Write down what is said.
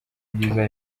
byiza